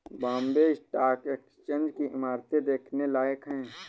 Bombay stock exchange की इमारत देखने लायक है